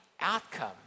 outcome